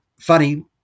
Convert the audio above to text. funny